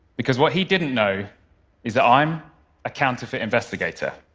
because what he didn't know is that i'm a counterfeit investigator,